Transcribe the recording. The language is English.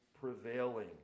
prevailing